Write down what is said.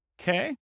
okay